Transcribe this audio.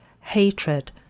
hatred